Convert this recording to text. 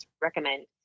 recommend